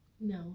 No